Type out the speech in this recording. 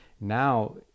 Now